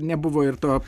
nebuvo ir to